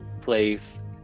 place